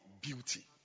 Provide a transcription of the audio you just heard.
beauty